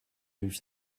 move